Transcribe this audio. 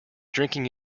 drinking